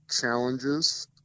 challenges